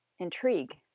intrigue